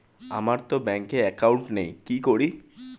আমারতো ব্যাংকে একাউন্ট নেই কি করি?